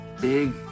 big